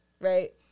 right